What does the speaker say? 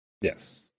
Yes